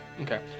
okay